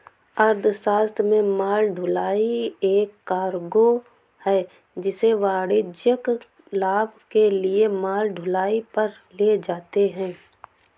अर्थशास्त्र में माल ढुलाई एक कार्गो है जिसे वाणिज्यिक लाभ के लिए माल ढुलाई पर ले जाते है